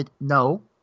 no